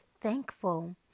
thankful